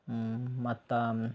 ಹ್ಞೂ ಮತ್ತು